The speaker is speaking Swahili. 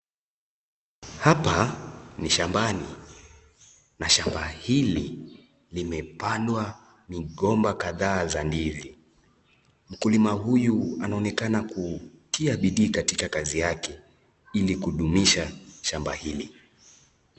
Hapa ni shambani, na shamba hili limepandwa migomba kadhaa za ndizi. Mkulima huyu anaonekana kutia bidii katika kazi yake. Ili kudumisha shamba hili.